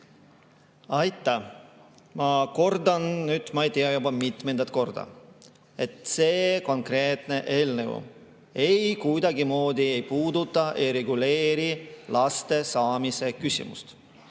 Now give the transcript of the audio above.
Aitäh! Ma kordan nüüd ma ei tea juba kui mitmendat korda, et see konkreetne eelnõu kuidagimoodi ei puuduta, ei reguleeri laste saamise küsimust.